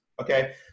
Okay